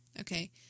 Okay